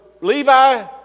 Levi